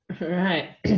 right